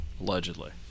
allegedly